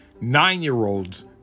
nine-year-olds